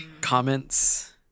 comments